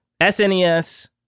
SNES